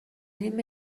این